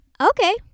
Okay